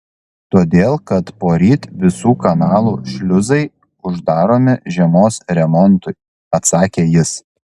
todėl kad poryt visų kanalų šliuzai uždaromi žiemos remontui atsakė jis